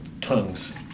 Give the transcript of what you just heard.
tongues